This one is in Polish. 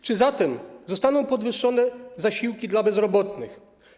Czy zatem zostaną podwyższone zasiłki dla bezrobotnych?